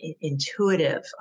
intuitive